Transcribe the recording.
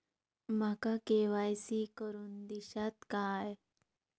माका के.वाय.सी करून दिश्यात काय?